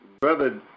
Brother